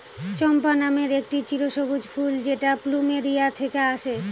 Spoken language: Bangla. চম্পা নামের একটি চিরসবুজ ফুল যেটা প্লুমেরিয়া থেকে আসে